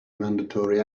mandatory